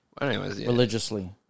Religiously